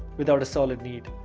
without a solid need,